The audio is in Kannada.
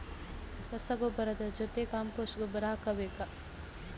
ರಸಗೊಬ್ಬರದ ಜೊತೆ ಕಾಂಪೋಸ್ಟ್ ಗೊಬ್ಬರ ಹಾಕಬೇಕಾ?